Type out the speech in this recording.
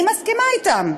אני מסכימה אתם,